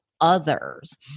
others